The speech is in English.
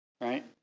Right